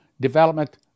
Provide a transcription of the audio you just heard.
development